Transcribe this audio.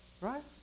right